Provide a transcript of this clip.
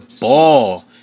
ball